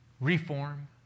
reform